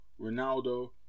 Ronaldo